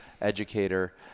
educator